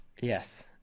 Yes